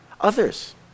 Others